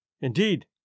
Indeed